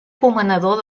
comanador